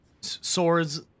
swords –